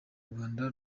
rwanda